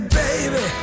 baby